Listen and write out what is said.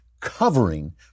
covering